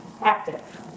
active